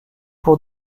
pour